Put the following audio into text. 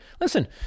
Listen